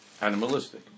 animalistic